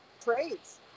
trades